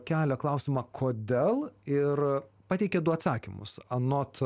kelia klausimą kodėl ir pateikia du atsakymus anot